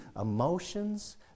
emotions